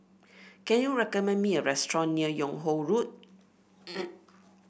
can you recommend me a restaurant near Yung Ho Road